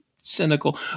cynical